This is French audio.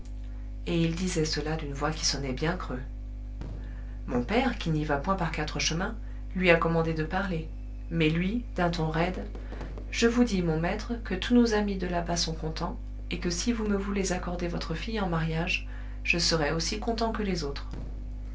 et il disait cela d'une voix qui sonnait bien creux mon père qui n'y va point par quatre chemins lui a commandé de parler mais lui d'un ton raide je vous dis mon maître que tous nos amis de là-bas sont contents et que si vous me voulez accorder votre fille en mariage je serai aussi content que les autres